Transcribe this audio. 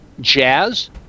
jazz